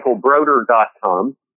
michaelbroder.com